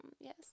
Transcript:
Yes